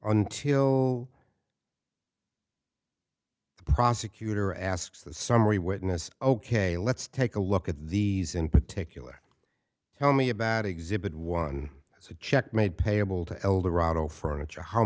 until prosecutor asks the summary witness ok let's take a look at these in particular tell me about exhibit one so a check made payable to eldorado furniture how